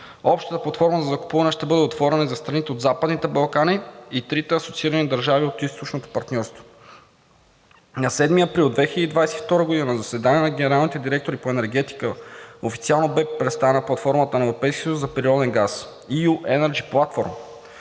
Общата платформа за закупуване ще бъде отворена и за страните от Западните Балкани и трите асоциирани държави от Източното партньорство. На 7 април 2022 г. на заседание на генералните директори по енергетика официално бе представена платформата на Европейския съюз за природен газ EU Energy Platform